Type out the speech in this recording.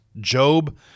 Job